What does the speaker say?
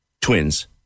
twins